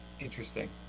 Interesting